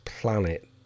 planet